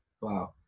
Wow